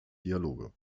dialoge